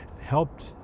helped